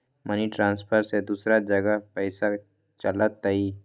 Money transfer से दूसरा जगह पईसा चलतई?